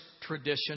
tradition